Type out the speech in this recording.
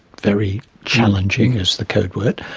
very challenging is the code word,